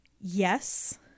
Yes